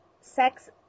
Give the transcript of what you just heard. sex